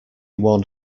one